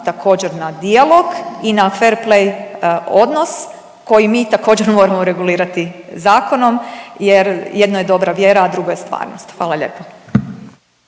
također, na dijalog i na fer play odnos koji mi također, moramo regulirati zakonom jer jedno je dobra vjera, a drugo je stvarnost. Hvala lijepo.